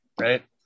right